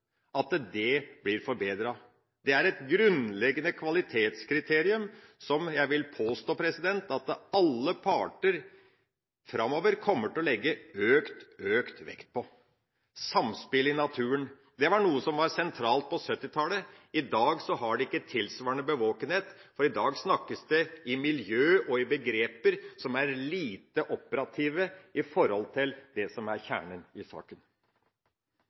at det blir forbedret. Det er et grunnleggende kvalitetskriterium som jeg vil påstå at alle parter framover kommer til å legge økt vekt på. Samspillet i naturen var noe som var sentralt på 1970-tallet. I dag har det ikke tilsvarende bevågenhet, for i dag snakkes det om miljø med begreper som blir lite operative i forhold til det som er kjernen i saken.